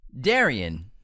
Darian